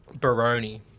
baroni